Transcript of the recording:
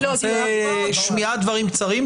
תהיה שמיעת דברים קצרים,